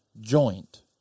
joint